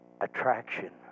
attraction